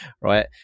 right